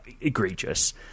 egregious